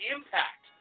Impact